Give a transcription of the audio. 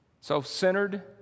self-centered